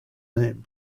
name